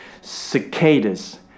cicadas